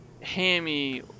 hammy